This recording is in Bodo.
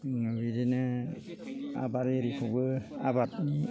बिदिनो आबाद इरिखौबो आबादनि